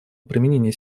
применение